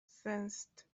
sensed